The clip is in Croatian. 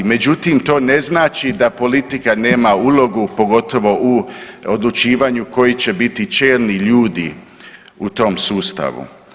Međutim, to ne znači da politika nema ulogu, pogotovo u odlučivanju koji će biti čelni ljudi u tom sustavu.